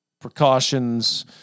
precautions